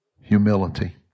humility